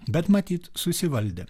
bet matyt susivaldė